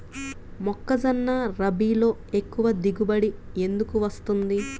మొక్కజొన్న రబీలో ఎక్కువ దిగుబడి ఎందుకు వస్తుంది?